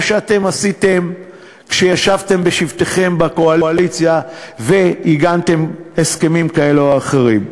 שאתם עשיתם כשישבתם בשבתכם בקואליציה ועיגנתם הסכמים כאלה או אחרים,